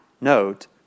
note